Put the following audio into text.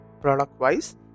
Product-wise